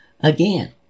again